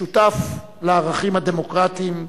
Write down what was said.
השותף לערכים הדמוקרטיים,